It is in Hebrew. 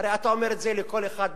הרי אתה אומר את זה לכל אחד ברחוב,